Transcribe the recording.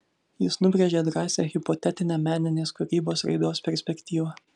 jis nubrėžė drąsią hipotetinę meninės kūrybos raidos perspektyvą